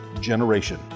generation